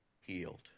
healed